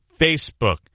Facebook